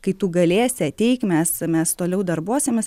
kai tu galėsi ateik mes mes toliau darbuosimės